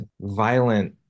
violent